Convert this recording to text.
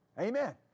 Amen